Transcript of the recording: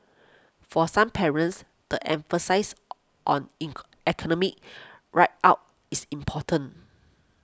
for some parents the emphasis on ink academic rag our is important